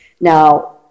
now